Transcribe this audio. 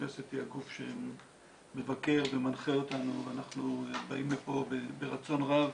הכנסת היא הגוף שמבקר ומנחה אותנו ואנחנו באים לפה ברצון רב